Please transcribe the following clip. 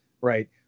right